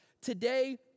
Today